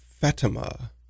Fatima